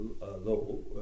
low